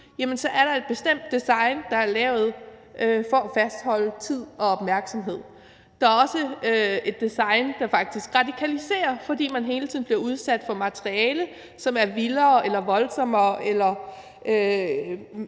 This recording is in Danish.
er et bestemt design, der er lavet for at fastholde os og vores opmærksomhed . Der er også et design, der faktisk radikaliserer, fordi man hele tiden bliver udsat for materiale, som er vildere, voldsommere